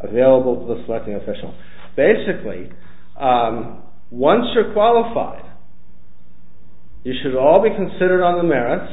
available to the selecting official basically once you're qualified you should all be considered on the merits